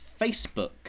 Facebook